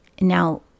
Now